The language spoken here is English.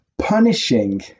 punishing